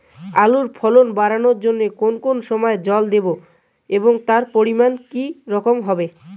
আলুর ফলন বাড়ানোর জন্য কোন কোন সময় জল দেব এবং তার পরিমান কি রকম হবে?